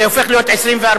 זה הופך להיות 24,